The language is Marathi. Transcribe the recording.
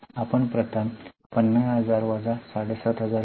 आपण प्रथम 50000 वजा 7500 करू